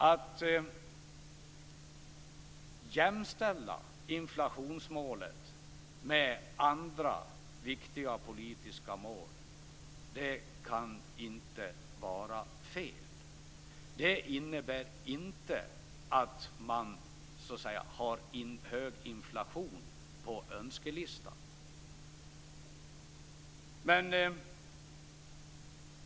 Att jämställa inflationsmålet med andra viktiga politiska mål kan inte vara fel. Det innebär inte att man har hög inflation på önskelistan.